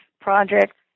project